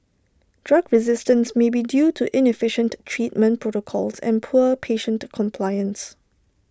drug resistance may be due to inefficient treatment protocols and poor patient compliance